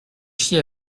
chier